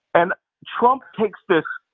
and trump takes this,